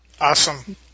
Awesome